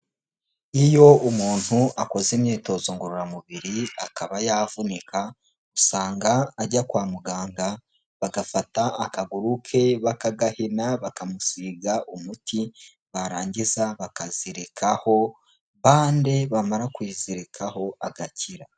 Iyo umuntu akoze imyitozo ngororamubiri akaba yavunika, usanga ajya kwa muganga bagafata akaguru ke bakagahina, bakamusiga umuti barangiza bakazirikaho bande, bamara kuyizirikaho agakira.